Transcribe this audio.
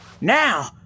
Now